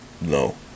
No